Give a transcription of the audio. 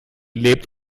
lebt